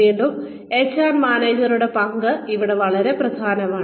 വീണ്ടും എച്ച്ആർ മാനേജരുടെ പങ്ക് ഇവിടെ വളരെ പ്രധാനമാണ്